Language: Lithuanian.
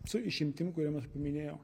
su išimtim kuriom aš paminėjau